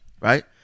right